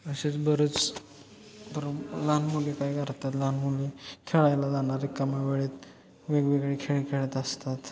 असेच बरेच बरं लहान मुली काय करतात लहान मुली खेळायला जाणार रिकामा वेळेत वेगवेगळे खेळ खेळत असतात